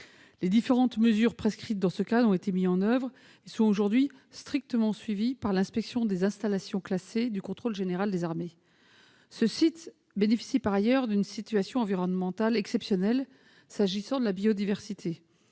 Les différentes mesures prescrites dans ce cadre ont été mises en oeuvre et sont aujourd'hui strictement suivies par l'inspection des installations classées du contrôle général des armées. Ce site bénéficie par ailleurs d'une situation environnementale exceptionnelle s'agissant de la biodiversité.